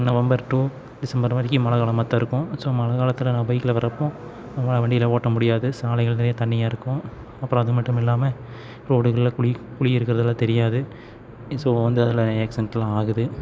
November to December வரைக்கும் மழை காலமாகத்தான் இருக்கும் ஸோ மழை காலத்தில் நான் பைக்கில் வர்றப்போது வண்டியயலாம் ஓட்ட முடியாது சாலைகள் நிறைய தண்ணியாக இருக்கும் அப்புறம் அது மட்டும் இல்லாமல் ரோடுகளில் குழி குழி இருக்கிறதுலாம் தெரியாது ஸோ வந்து அதில் ஏக்சன்டெலாம் ஆகுது